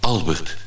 Albert